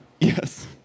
Yes